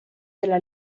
della